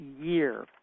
year